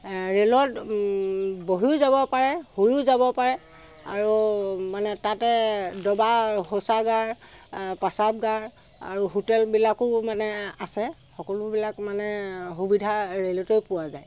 ৰে'লত বহিও যাব পাৰে শুয়ো যাব পাৰে আৰু মানে তাতে ডবা শৌচাগাৰ পাচাবগাৰ আৰু হোটেলবিলাকো মানে আছে সকলোবিলাক মানে সুবিধা ৰে'লতো পোৱা যায়